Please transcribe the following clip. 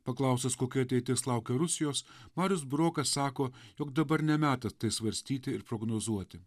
paklaustas kokia ateitis laukia rusijos marius burokas sako jog dabar ne metas tai svarstyti ir prognozuoti